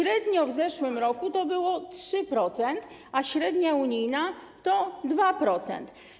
Średnio w zeszłym roku to było 3%, a średnia unijna to 2%.